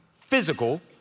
physical